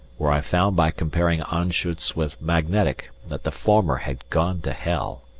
where i found by comparing anschutz with magnetic that the former had gone to hell,